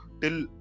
till